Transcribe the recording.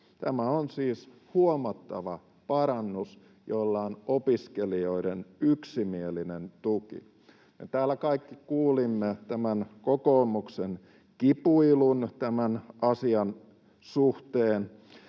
Tämä on siis huomattava parannus, jolla on opiskelijoiden yksimielinen tuki. Täällä kaikki kuulimme kokoomuksen kipuilun tämän asian suhteen.